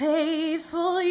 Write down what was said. Faithful